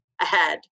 ahead